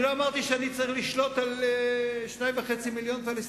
לא אמרתי שאני צריך לשלוט ב-2.5 מיליוני פלסטינים,